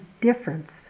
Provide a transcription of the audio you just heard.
difference